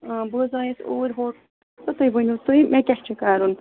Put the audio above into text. بہٕ حظ آیس اوٗرۍ ہوٹل تہٕ تُہۍ ؤنِو تُہۍ مےٚ کیٛاہ چھُ کَرُن